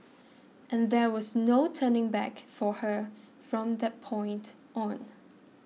and there was no turning back for her from that point on